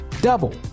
double